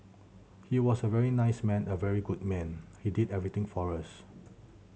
he was a very nice man a very good man he did everything for us